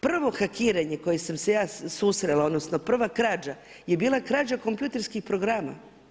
Prvo hakiranje koja sam se ja susrela, odnosno prva krađa je bila krađa kompjuterskih programa.